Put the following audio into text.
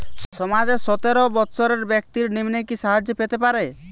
সমাজের সতেরো বৎসরের ব্যাক্তির নিম্নে কি সাহায্য পেতে পারে?